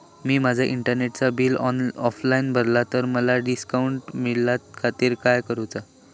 मी माजा इंटरनेटचा bill online भरला तर माका डिस्काउंट मिलाच्या खातीर काय करुचा?